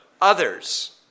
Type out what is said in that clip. others